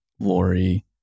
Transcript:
Lori